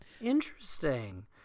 Interesting